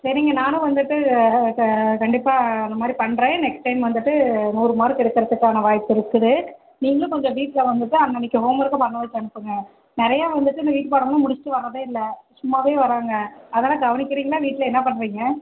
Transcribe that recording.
சரிங்க நானும் வந்துட்டு க கண்டிப்பாக அது மாதிரி பண்ணுறேன் நெக்ஸ்ட் டைம் வந்துட்டு நூறு மார்க் எடுக்கிறதுக்கான வாய்ப்பு இருக்குது நீங்களும் கொஞ்சம் வீட்டில் வந்துட்டு அன்னன்றைக்கி ஹோம் ஒர்க்கை பண்ண வெச்சு அனுப்புங்க நிறையா வந்துட்டு இன்னும் வீட்டு பாடமெலாம் முடிச்சுட்டு வர்றதே இல்லை சும்மாவே வராங்க அதெல்லாம் கவனிக்கிறீங்களா வீட்டில் என்ன பண்ணுறீங்க